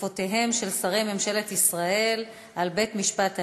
התקפותיהם של שרי ממשלת ישראל על בית-המשפט העליון,